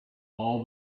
all